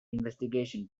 investigation